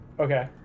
Okay